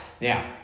Now